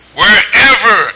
wherever